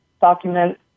document